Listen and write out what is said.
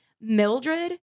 Mildred